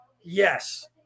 yes